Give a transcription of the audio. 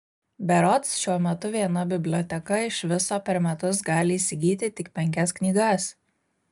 berods šiuo metu viena biblioteka iš viso per metus gali įsigyti tik penkias knygas